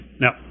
now